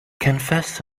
confess